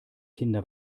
kinder